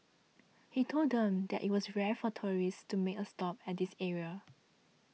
he told them that it was rare for tourists to make a stop at this area